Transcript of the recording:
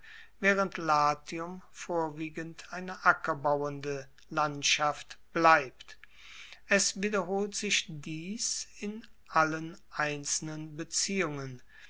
waehrend latium vorwiegend eine ackerbauende landschaft bleibt es wiederholt sich dies in allen einzelnen beziehungen